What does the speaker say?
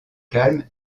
calme